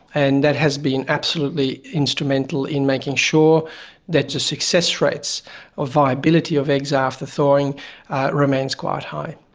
and that has been absolutely instrumental in making sure that the success rates or viability of eggs after thawing remains quite high.